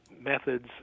methods